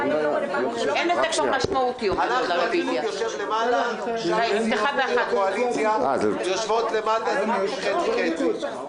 שאר הסיעות של הקואליציה יושבות למטה --- חצי-חצי.